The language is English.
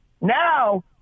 Now